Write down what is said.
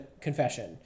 confession